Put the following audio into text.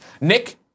Nick